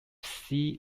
sea